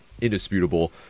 indisputable